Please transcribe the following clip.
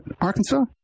Arkansas